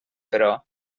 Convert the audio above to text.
però